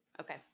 Okay